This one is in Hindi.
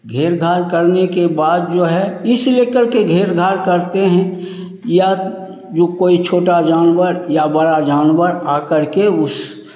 घेर घार करने के बाद जो है इस लेकर के घेर घार करते हैं या जो कोई छोटा जानवर या बड़ा जानवर आ करके उस